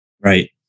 Right